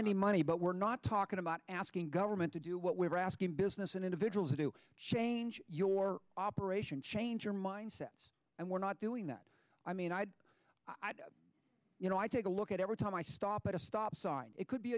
any money but we're not talking about asking government to do what we're asking business and individuals to do change your operation change your mindset and we're not doing that i mean i i don't you know i take a look at every time i stop at a stop sign it could be